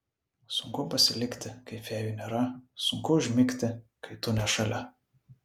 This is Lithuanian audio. sunku pasilikti kai fėjų nėra sunku užmigti kai tu ne šalia